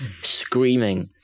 screaming